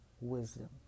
wisdom